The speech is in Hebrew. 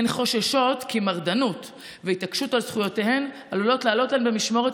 הן חוששות כי מרדנות והתעקשות על זכויותיהן עלולות לעלות להן במשמורת